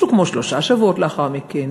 משהו כמו שלושה שבועות לאחר מכן,